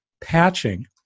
patching